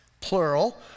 plural